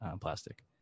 plastic